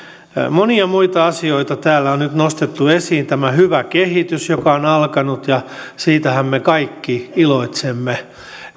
monia muita asioita täällä on nyt nostettu esiin kuten tämä hyvä kehitys joka on alkanut ja siitähän me kaikki iloitsemme